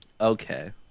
Okay